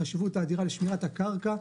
החשיבות האדירה של שמירת הקרקע.